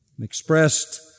Expressed